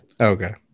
Okay